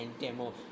demo